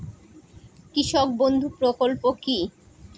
কৃষক বন্ধু প্রকল্প কি?